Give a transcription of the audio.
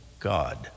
God